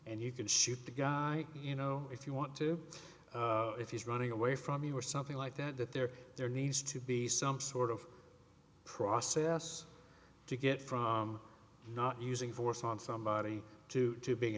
and you can shoot the guy you know if you want to if he's running away from you or something like that there there needs to be some sort of process to get from not using force on somebody to to b